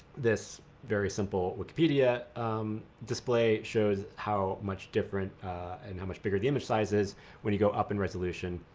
this very simple wikipedia display shows how much different and how much bigger the image size is when you go up in resolution.